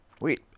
Wait